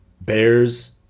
Bears